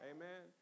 Amen